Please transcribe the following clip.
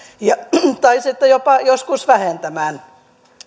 tai sitten jopa joskus vähentämään